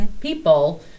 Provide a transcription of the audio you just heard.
people